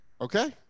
Okay